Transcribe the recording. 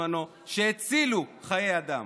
שהצילו חיי אדם.